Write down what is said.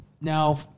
Now